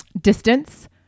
distance